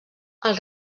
els